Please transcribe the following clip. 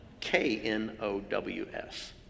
K-N-O-W-S